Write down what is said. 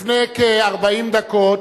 לפני כ-40 דקות,